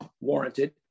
warranted